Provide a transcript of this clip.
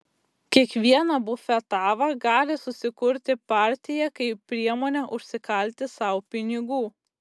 kiekviena bufetava gali susikurti partiją kaip priemonę užsikalti sau pinigų